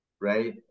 right